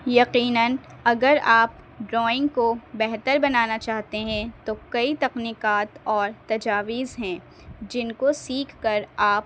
یقیناً اگر آپ ڈرائنگ کو بہتر بنانا چاہتے ہیں تو کئی تکنیکات اور تجاویز ہیں جن کو سیکھ کر آپ